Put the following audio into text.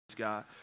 God